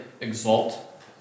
exalt